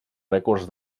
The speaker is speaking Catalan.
rècords